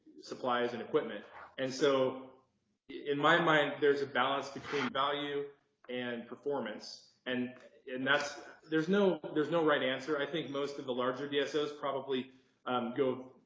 supplies and equipment and so in my mind there's a balance between value and performance and that's there's no there's no right answer i think most of the larger dso's probably um go